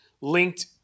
linked